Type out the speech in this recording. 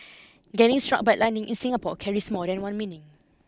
getting struck by lightning in Singapore carries more than one meaning